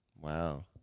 Wow